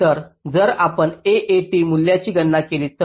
तर जर आपण AAT मूल्याची गणना केली तर